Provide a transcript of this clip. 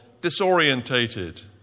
disorientated